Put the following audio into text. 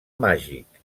màgic